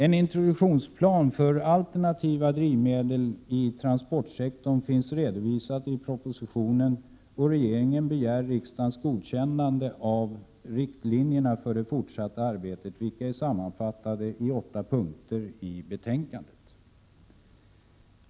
En introduktionsplan för alternativa drivmedel på transportsektorn finns redovisad i propositionen. Regeringen begär riksdagens godkännande av riktlinjerna för det fortsatta arbetet vilka är sammanfattade i åtta punkter i betänkandet.